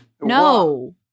No